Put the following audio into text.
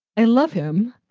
i love him.